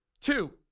Two